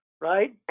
right